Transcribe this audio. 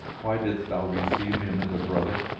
why didst thou receive him as a brother?